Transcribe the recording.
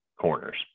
corners